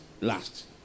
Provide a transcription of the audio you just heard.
last